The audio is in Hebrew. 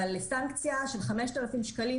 אבל סנקציה של 5,000 שקלים,